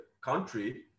country